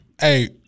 Hey